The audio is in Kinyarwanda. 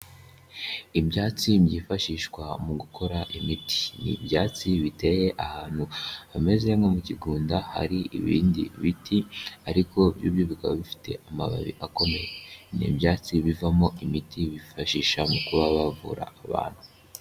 Ibyatsi byifashishwa mu gukora imiti. Ni ibyatsi biteye ahantu bameze nko mu kigunda, hari ibindi biti, ariko byo bikaba bifite amababi akomeye. Ni ibyatsi bivamo imiti bifashisha mu kuba bavura abantu.